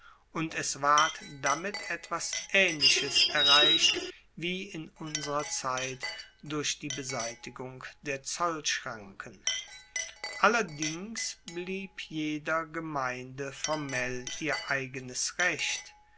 und es ward damit etwas aehnliches erreicht wie in unserer zeit durch die beseitigung der zollschranken allerdings blieb jeder gemeinde formell ihr eigenes recht